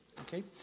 okay